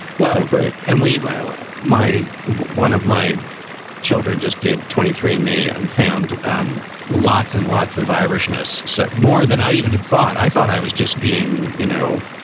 well. oh, great and we buy ah my one of my children just did twenty three and me and found um lots and lots of irishness. so more than i even had thought, i thought i was just being, you know,